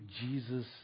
Jesus